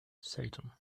satan